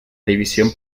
división